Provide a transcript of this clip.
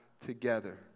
Together